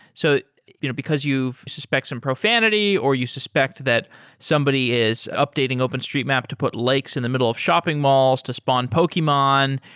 so you know because you suspect some profanity or you suspect that somebody is updating openstreetmap to put lakes in the middle of shopping malls to spawn pokemon.